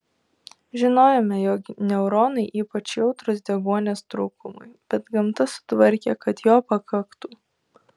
žinojome jog neuronai ypač jautrūs deguonies trūkumui bet gamta sutvarkė kad jo pakaktų